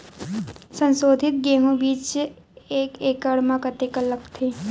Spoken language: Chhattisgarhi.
संसोधित गेहूं बीज एक एकड़ म कतेकन लगथे?